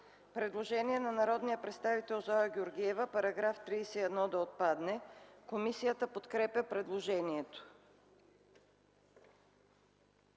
предложение на народния представител Зоя Георгиева – да отпадне. Комисията подкрепя предложението.